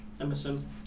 Emerson